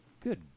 Good